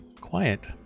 quiet